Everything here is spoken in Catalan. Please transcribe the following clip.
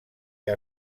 que